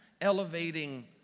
elevating